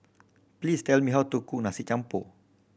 please tell me how to cook Nasi Campur